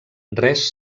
res